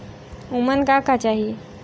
उमन का का चाही?